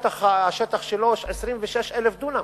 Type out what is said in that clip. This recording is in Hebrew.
השטח שלו היה 26,000 דונם,